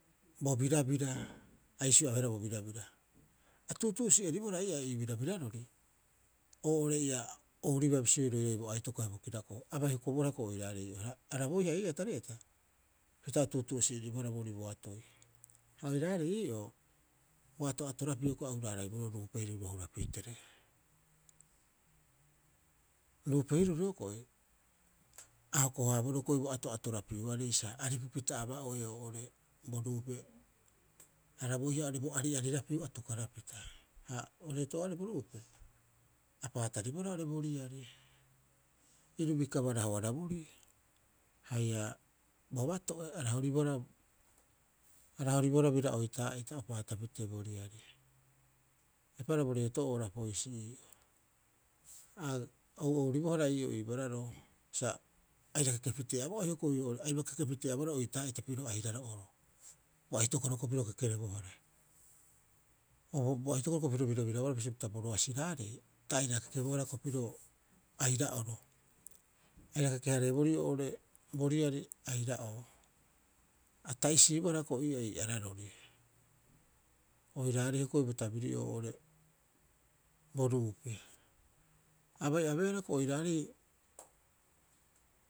Bo birabira, a iisio abeehara bo birabira. A tuutuusi'eribohara ii'aa ii birabirarori, oo'ore ia ouriba bisioi roiraiha bo aitoko haia bo kirako'o, aba hokobohara hioko'i oiraarei ii'oo. Ha arabooiha ii'aa tari'ata, pita o tuutuusi'eribohara boorii boatoi. Ha oiraarei ii'oo bo ato'atorapiu hioko'i a hura- haraiboroo ruupe hiruro hurapitee. Ruupe hiruro hioko'i a hoko- haaboroo hioko'i bo ato'atorapiarei sa aripupita aba'oe oo'ore bo ruupe arabooiha bo ari'arirapiu atukarapita. Ha bo reeto'ooarei bo ruupe, a paataribohara oo'ore bo riari, iru bikaba raoarariborii haia bobato'e a rohoribohara arahoribohara biraa oitaa'ita o paatapitee bo riari, eipaareha bo reeto'oo Rapoisi ii'oo. A ou'ouribohara ii'oo ii bararoo sa aira kekepitee aba'ue hioko'i aira kekepiree abaroe oitaaita pirio airaro'oro. Bo aitokoro hioko'i piro kekerebohara, bo aitokoro hioko'i piro o birabirabohara bisio pita bo roasiraarei ta aira kekeohara piro aira'oro aira keke- hareeborii oo'ore bo riari aira'oo. A ta'isiibohara hioko'i ii'aa iiararori oirarei bo tabiri'oo oo'ore bo ruupe. A bai abeehara hioko'i oiraarei.